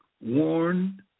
warned